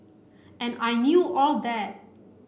and I knew all that